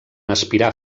aspirar